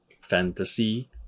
fantasy